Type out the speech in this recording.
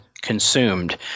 consumed